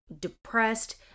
depressed